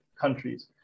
countries